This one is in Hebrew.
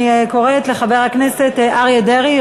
אני קוראת לחבר הכנסת אריה דרעי,